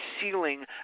ceiling